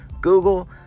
Google